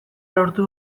lortu